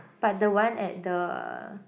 but the one at the